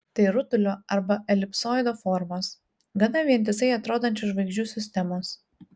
tai rutulio arba elipsoido formos gana vientisai atrodančios žvaigždžių sistemos